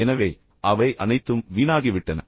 எனவே அவை அனைத்தும் வீணாகிவிட்டன